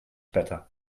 better